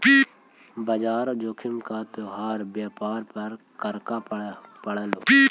बाजार जोखिम का तोहार व्यापार पर क्रका पड़लो